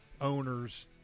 owners